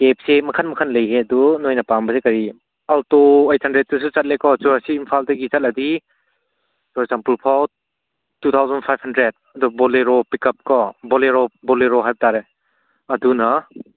ꯀꯦꯕꯁꯦ ꯃꯈꯜ ꯃꯈꯜ ꯂꯩꯌꯦ ꯑꯗꯨ ꯅꯣꯏꯅ ꯄꯥꯝꯕꯁꯤ ꯀꯔꯤ ꯑꯜꯇꯣ ꯑꯩꯠ ꯍꯟꯗ꯭ꯔꯦꯗꯇꯁꯨ ꯆꯠꯂꯦꯀꯣ ꯁꯤ ꯏꯝꯐꯥꯜꯗꯒꯤ ꯆꯠꯂꯗꯤ ꯆꯨꯔꯆꯥꯟꯄꯨꯔ ꯐꯥꯎ ꯇꯨ ꯊꯥꯎꯖꯟ ꯐꯥꯏꯚ ꯍꯟꯗ꯭ꯔꯦꯗ ꯑꯗꯨ ꯕꯣꯂꯦꯔꯣ ꯄꯤꯛꯀꯞ ꯀꯣ ꯕꯣꯂꯦꯔꯣ ꯕꯣꯂꯦꯔꯣ ꯍꯥꯏꯕ ꯇꯥꯔꯦ ꯑꯗꯨꯅ